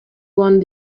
one